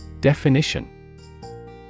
Definition